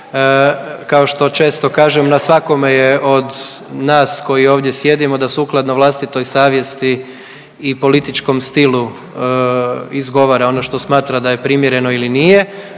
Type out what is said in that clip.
kao što često kažem na svakome je od nas koji ovdje sjedimo da sukladno vlastitoj savjesti i političkom stilu izgovara ono što smatra da je primjerno ili nije.